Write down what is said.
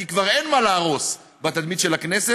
כי כבר אין מה להרוס בתדמית של הכנסת,